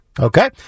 Okay